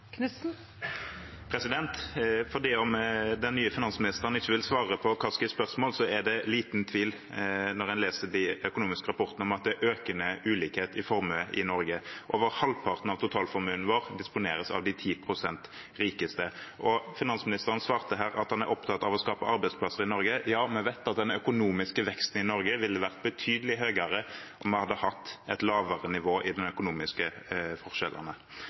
om den nye finansministeren ikke vil svare på Kaskis spørsmål, er det liten tvil når man leser de økonomiske rapportene, om at det er økende ulikhet i formue i Norge. Over halvparten av totalformuen vår disponeres av de 10 pst. rikeste. Finansministeren svarte at han er opptatt av å skape arbeidsplasser i Norge. Ja, vi vet at den økonomiske veksten i Norge ville vært betydelig høyere om vi hadde hatt et lavere nivå på de økonomiske forskjellene.